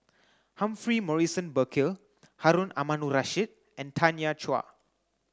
Humphrey Morrison Burkill Harun Aminurrashid and Tanya Chua